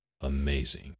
Amazing